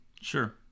Sure